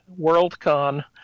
Worldcon